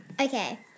Okay